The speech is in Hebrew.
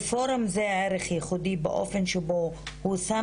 לפורום זה ערך ייחודי באופן שבו הוא שם